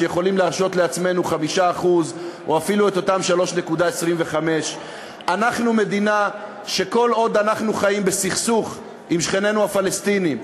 שאנחנו יכולים להרשות לעצמנו 5% או אפילו את אותם 3.25%. אנחנו מדינה שכל עוד אנחנו חיים בסכסוך עם שכנינו הפלסטינים,